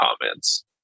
comments